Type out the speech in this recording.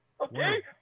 okay